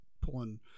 pulling